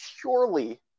purely